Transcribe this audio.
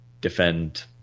defend